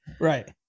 Right